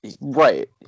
right